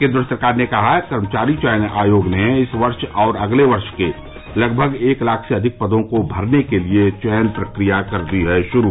केन्द्र सरकार ने कहा कर्मचारी चयन आयोग ने इस वर्ष और अगले वर्ष के लगभग एक लाख से अधिक पदों को भरने के लिए चयन प्रक्रिया कर दी है शुरू